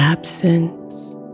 Absence